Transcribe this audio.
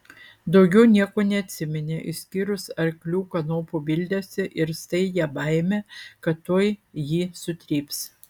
daugiau nieko neatsiminė išskyrus arklių kanopų bildesį ir staigią baimę kad tuoj jį sutryps